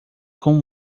com